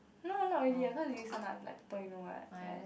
no not really uh cause you listen like people you know right